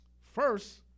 First